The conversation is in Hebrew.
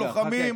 לוחמים,